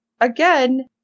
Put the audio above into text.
again